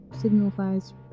signifies